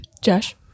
Josh